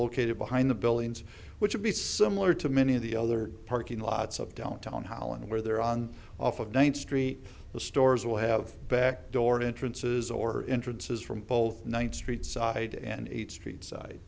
located behind the buildings which would be similar to many of the other parking lots of downtown holland where they're on off of ninth street the stores will have back door entrances or entrances from both ninth street side and a street side